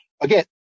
Again